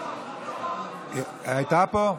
נגמר, היא הייתה פה?